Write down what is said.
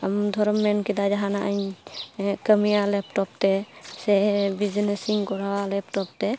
ᱟᱢ ᱫᱷᱚᱨᱚᱢ ᱢᱮᱱ ᱠᱮᱫᱟ ᱡᱟᱦᱟᱱᱟᱜ ᱤᱧ ᱠᱟᱹᱢᱤᱭᱟ ᱞᱮᱯᱴᱚᱯᱛᱮ ᱥᱮ ᱵᱤᱡᱽᱱᱮᱥᱤᱧ ᱠᱚᱨᱟᱣᱟ ᱞᱮᱯᱴᱚᱯᱛᱮ